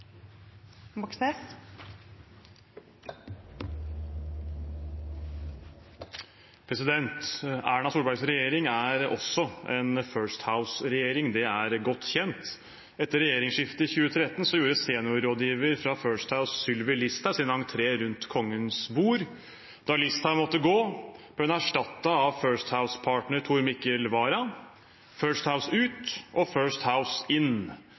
Erna Solbergs regjering er også en First House-regjering, det er godt kjent. Etter regjeringsskiftet i 2013 gjorde seniorrådgiver fra First House Sylvi Listhaug sin entré rundt Kongens bord. Da Listhaug måtte gå, ble hun erstattet av First House-partner Tor Mikkel Wara – First House ut og First House inn.